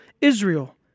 Israel